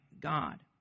God